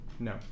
No